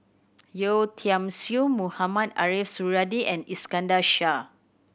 Yeo Tiam Siew Mohamed Ariff Suradi and Iskandar Shah